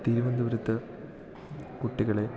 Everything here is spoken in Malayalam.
തിരുവനന്തപരത്ത് കുട്ടികളെ